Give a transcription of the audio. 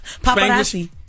Paparazzi